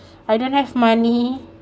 I don't have money